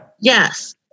Yes